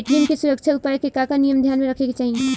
ATM के सुरक्षा उपाय के का का नियम ध्यान में रखे के चाहीं?